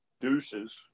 Deuces